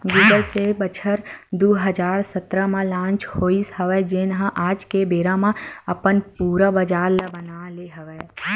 Google Pay बछर दू हजार सतरा म लांच होइस हवय जेन ह आज के बेरा म अपन पुरा बजार बना ले हवय